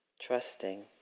Trusting